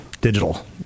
digital